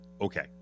okay